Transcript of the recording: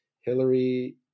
Hillary